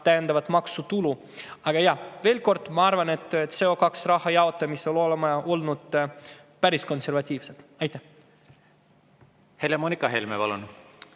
täiendavat maksutulu. Aga jah, veel kord, ma arvan, et CO2-raha jaotamisel oleme olnud päris konservatiivsed. Aitäh, härra Epler, selle